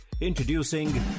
Introducing